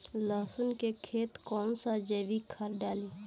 लहसुन के खेत कौन सा जैविक खाद डाली?